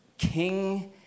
king